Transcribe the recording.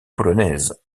polonaises